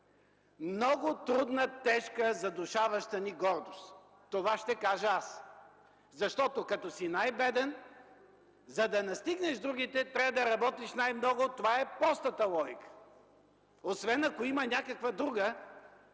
Много трудна, тежка, задушаваща ни гордост – това ще кажа аз! Като си най-беден, за да настигнеш другите, трябва да работиш най-много – това е простата логика! Освен ако има някаква друга,